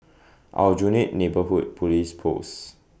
Aljunied Neighbourhood Police Post